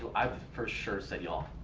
i've for sure said y'all.